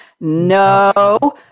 No